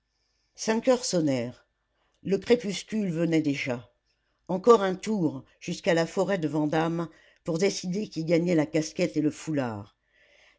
cinq heures sonnèrent le crépuscule venait déjà encore un tour jusqu'à la forêt de vandame pour décider qui gagnait la casquette et le foulard